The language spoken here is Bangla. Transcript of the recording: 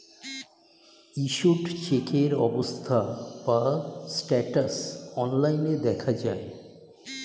ইস্যুড চেকের অবস্থা বা স্ট্যাটাস অনলাইন দেখা যায়